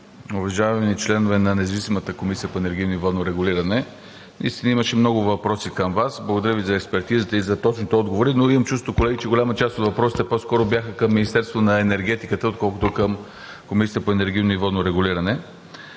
уважаеми членове на независимата Комисия по енергийно и водно регулиране! Наистина имаше много въпроси към Вас. Благодаря Ви за експертизата и за точните отговори, но имам чувството, колеги, че голяма част от въпросите по-скоро бяха към Министерството на енергетиката, отколкото към Комисията по енергийно и водно регулиране.